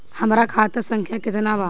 हमरा खाता संख्या केतना बा?